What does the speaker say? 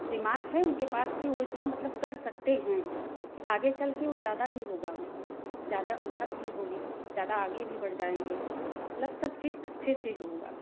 दिमाग है उनके पास कि वो इतना मतलब कर सकते हैं कि आगे चल के वो ज्यादा ही होगा उनका ज्यादा उन्नत भी होंगे ज्यादा आगे भी बढ़ जाएँगे मतलब सब चीज अच्छे से ही होगा